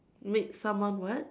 made someone what